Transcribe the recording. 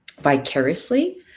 vicariously